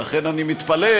לכן אני מתפלא.